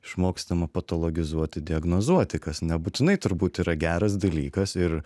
išmokstama patologizuoti diagnozuoti kas nebūtinai turbūt yra geras dalykas ir